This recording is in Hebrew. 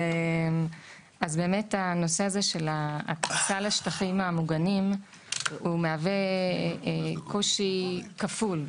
הנושא הזה של הכניסה לשטחים המוגנים מהווה קושי כפול.